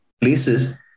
places